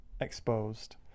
exposed